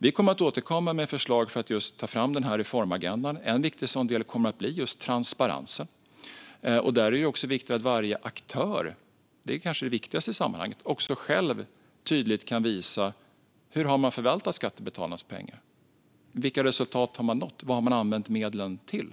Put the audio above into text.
Vi kommer att återkomma med förslag för att just ta fram den här reformagendan. En viktig sådan del kommer att bli just transparensen. Där är det också viktigt att varje aktör, och det kanske är det viktigaste i sammanhanget, själv tydligt kan visa hur man har förvaltat skattebetalarnas pengar, vilka resultat man har nått och vad man har använt medlen till.